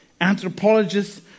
anthropologists